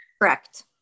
Correct